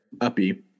Uppy